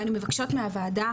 אנו מבקשות מהוועדה,